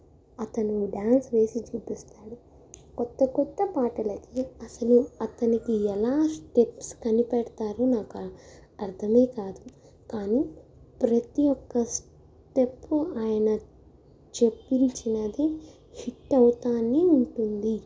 అతను డ్యాన్స్ వేసి చూపిస్తాడు కొత్త కొత్త పాటలకి అసలు అతనికి ఎలా స్టెప్స్ కనిపెడతారో నాకు అర్థం కాదు కానీ ప్రతి ఒక స్టెప్పు ఆయన చెప్పించినది హిట్ అవుతు ఉంటుంది